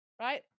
right